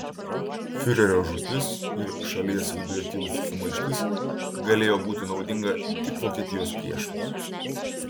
fiurerio žūtis ir šalies viduje kilusi sumaištis galėjo būti naudinga tik vokietijos priešams